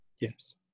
Yes